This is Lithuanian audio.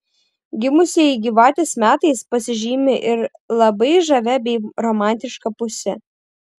gimusieji gyvatės metais pasižymi ir labai žavia bei romantiška puse